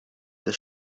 sehr